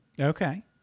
Okay